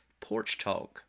PORCHTALK